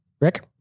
Rick